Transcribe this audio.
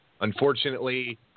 unfortunately